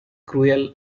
cruel